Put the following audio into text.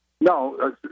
No